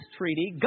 treaty